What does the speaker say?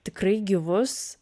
tikrai gyvus